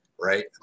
right